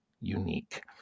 unique